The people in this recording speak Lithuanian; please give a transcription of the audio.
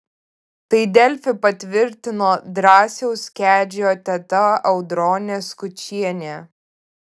tai delfi patvirtino drąsiaus kedžio teta audronė skučienė